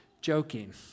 joking